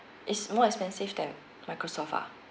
it's more expensive than microsoft ah